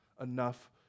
enough